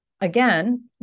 again